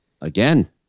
again